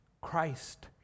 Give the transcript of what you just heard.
Christ